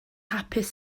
hapus